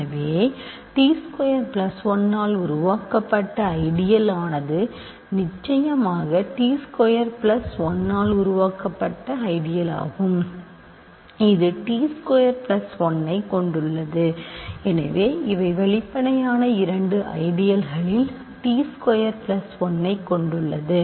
எனவே t square plus 1 ஆல் உருவாக்கப்பட்ட ஐடியல் ஆனது நிச்சயமாக t ஸ்கொயர் பிளஸ் 1 ஆல் உருவாக்கப்பட்ட ஐடியல் ஆகும் இது t ஸ்கொயர் பிளஸ் 1 ஐக் கொண்டுள்ளது ஆகவே இவை வெளிப்படையான இரண்டு ஐடியகளில் t ஸ்கொயர் பிளஸ் 1 ஐக் கொண்டுள்ளது